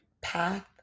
path